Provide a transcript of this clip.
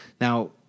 Now